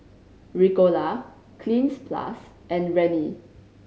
Ricola Cleanz Plus and Rene